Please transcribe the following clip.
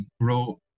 grow